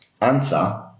answer